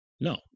no